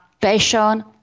passion